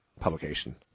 publication